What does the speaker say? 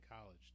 college